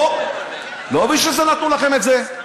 לא בשביל זה נתנו לכם את זה.